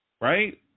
right